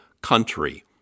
country